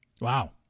Wow